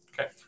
Okay